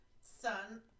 son